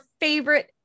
favorite